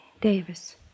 Davis